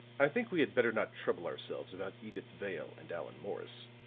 i think we had better not trouble ourselves about edyth vale and allan morris.